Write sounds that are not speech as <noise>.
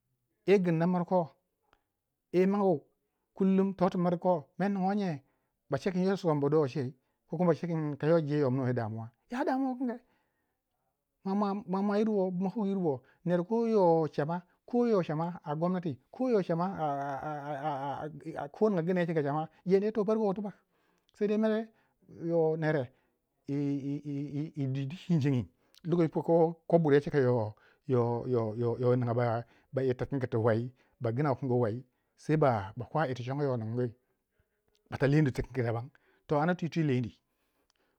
eh girna mri ko eh mawo kullum toti mir ko mer nungo nye ba cekin yo somnbu do chei ko kuma ba ceking kayo jei yo manoyo <unintelligible> ya <unintelligible> wu kinge, mwa mwa yir wo bu ma koguyir bo ner ko ywa cha ko yo ca ma ma a gomnati ko ywa chama <hesitation> ko ninga gna yo cika cha ma jendii yoh to parko to tibak saidai mere yo nere yi <hesitation> dwi di cingcingi lokoci puko buryei cika yo- yo a ninga yitikingi ti wei ba gna wukin wei sai bakwa yir tu congo yo ningyii a ta lendii tu kangi daban to ana twi twi lendi